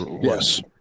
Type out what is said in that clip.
yes